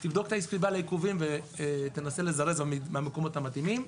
שתבדוק את הסיבה לעיכובים ותנסה לזרז במקומות המתאימים.